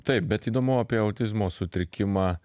taip bet įdomu apie autizmo sutrikimą